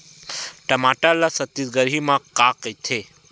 टमाटर ला छत्तीसगढ़ी मा का कइथे?